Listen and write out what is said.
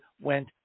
went